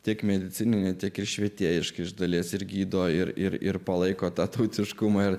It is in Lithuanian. tiek medicininė tiek ir švietėjiški iš dalies ir gydo ir ir ir palaiko tą tautiškumą ir